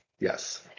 Yes